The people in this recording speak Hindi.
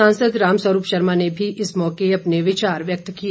सांसद रामस्वरूप शर्मा ने भी इस मौके अपने विचार व्यक्त किए